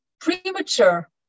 premature